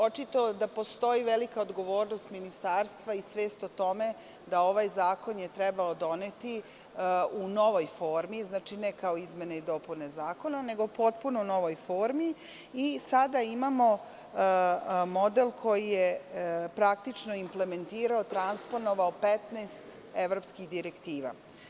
Očito da postoji velika odgovornost ministarstva i svest o tome da je ovaj zakon trebalo doneti u novoj formi, ne kao izmene i dopune zakona, nego u potpuno novoj formi i sada imamo model koji je praktično implementirao, transponovao 15 evropskih direktiva.